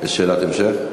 יש שאלת המשך?